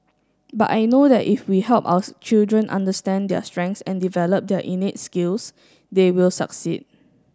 but I know that if we help our children understand their strengths and develop their innate skills they will succeed